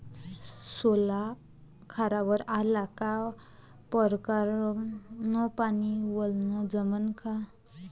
सोला खारावर आला का परकारं न पानी वलनं जमन का?